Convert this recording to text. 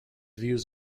views